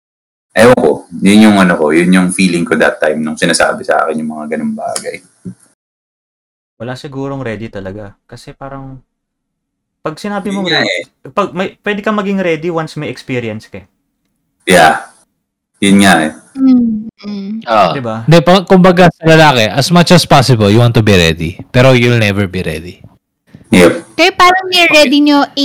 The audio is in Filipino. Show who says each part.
Speaker 1: Ayoko. Yun yung ano ko, yun yung feeling ko that time nung sinasabi sa akin yung mga ganung bagay.
Speaker 2: Wala sigurong ready talaga. Kasi parang, pag sinabi
Speaker 1: Yun
Speaker 2: mong
Speaker 1: nga
Speaker 2: ready,
Speaker 1: eh.
Speaker 2: pag may- pwede ka maging ready once may experience ka eh.
Speaker 1: Yeah. Yun nga eh.
Speaker 3: Mm, mm.
Speaker 1: Ah.
Speaker 2: Ah, diba?
Speaker 4: Hindi, pa- kumbaga, lalaki, as much as possible, you want to be ready. Pero you'll never be ready.
Speaker 1: Yep.
Speaker 3: Kaya parang may ready nyo in-